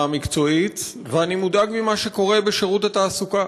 המקצועית ואני מודאג ממה שקורה בשירות התעסוקה.